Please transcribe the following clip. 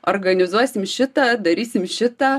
organizuosim šitą darysim šitą